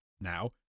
now